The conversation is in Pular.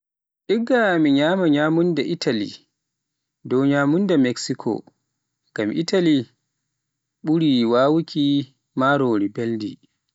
Igga mi nyama nyamunda Itali dow nyamunda Meksiko, ngam Itali ɓuri wawuuki Marori belndi.